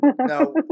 No